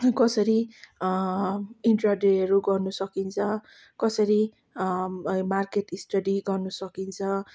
कसरी इन्टरडेहरू गर्न सकिन्छ कसरी मार्केट स्टडी गर्नु सकिन्छ